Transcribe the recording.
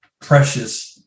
precious